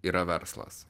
yra verslas